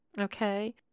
Okay